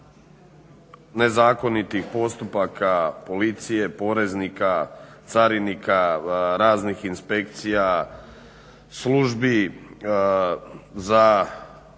nezakonitih postupaka policije, poreznika, carinika, raznih inspekcija, službi za